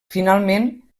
finalment